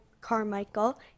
Carmichael